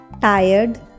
tired